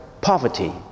poverty